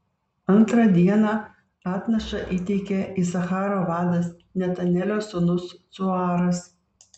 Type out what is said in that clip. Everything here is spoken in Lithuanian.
antrą dieną atnašą įteikė isacharo vadas netanelio sūnus cuaras